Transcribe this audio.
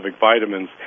vitamins